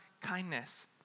kindness